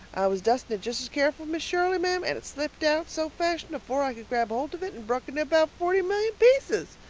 i was dusting it just as careful, miss shirley, ma'am, and it slipped out, so fashion, afore i could grab holt of it, and bruk into about forty millyun pieces.